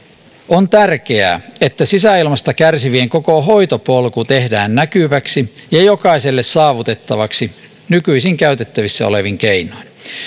on tärkeää että sisäilmasta kärsivien koko hoitopolku tehdään näkyväksi ja ja jokaiselle saavutettavaksi nykyisin käytettävissä olevin keinoin